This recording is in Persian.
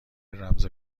رمز